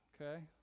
okay